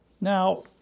Now